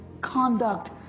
conduct